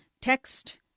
text